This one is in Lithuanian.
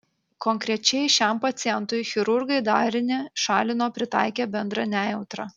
konkrečiai šiam pacientui chirurgai darinį šalino pritaikę bendrą nejautrą